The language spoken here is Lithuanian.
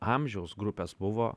amžiaus grupės buvo